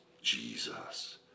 Jesus